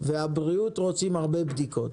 והבריאות רוצים הרבה בדיקות,